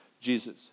Jesus